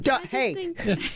Hey